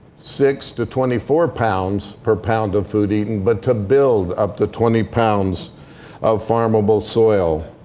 six to twenty four pounds per pound of food eaten, but to build up to twenty pounds of farmable soil,